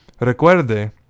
Recuerde